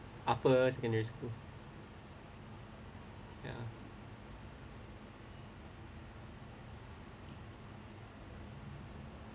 upper secondary school ya